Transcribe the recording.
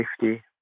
safety